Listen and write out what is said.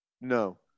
No